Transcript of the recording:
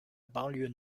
banlieue